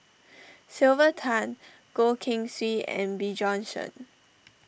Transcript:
Sylvia Tan Goh Keng Swee and Bjorn Shen